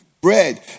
bread